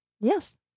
Yes